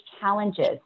challenges